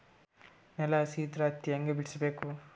ನೆಲ ಹಸಿ ಇದ್ರ ಹತ್ತಿ ಹ್ಯಾಂಗ ಬಿಡಿಸಬೇಕು?